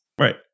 Right